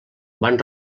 van